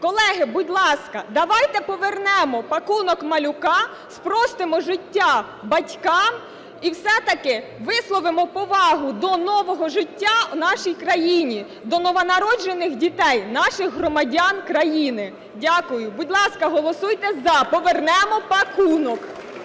Колеги, будь ласка, давайте повернемо "пакунок малюка", спростимо життя батькам і все-таки висловимо повагу до нового життя в нашій країні – до новонароджених дітей, наших громадян країни. Дякую. Будь ласка, голосуйте "за", повернемо "пакунок".